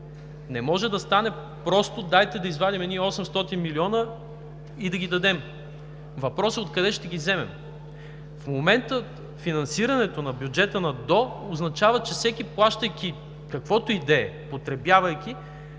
Не може да стане: просто дайте да извадим едни 800 милиона и да ги дадем. Въпросът е откъде ще ги вземем? В момента финансирането на бюджета на ДОО означава, че всеки, плащайки каквото и да е, потребявайки